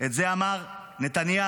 את זה אמר נתניהו,